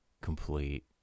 complete